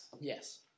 Yes